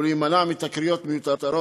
ולהימנע מתקריות מיותרות,